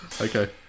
Okay